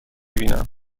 بینم